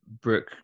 Brooke